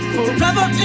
Forever